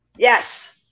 Yes